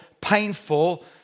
painful